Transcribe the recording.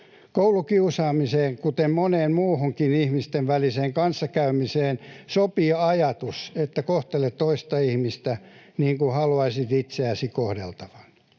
Koulukiusaamiseen, kuten moneen muuhunkin ihmisten väliseen kanssakäymiseen, sopii ajatus, että kohtele toista ihmistä niin kuin haluaisit itseäsi kohdeltavan.